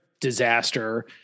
disaster